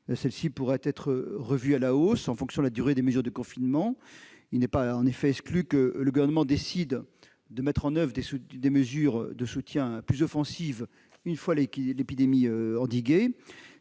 qui pourraient être revues à la hausse en fonction de la durée des mesures de confinement. En outre, il ne peut être exclu que le Gouvernement décide de mettre en oeuvre des mesures de soutien offensives, une fois l'épidémie du